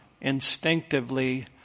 instinctively